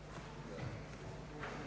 Hvala.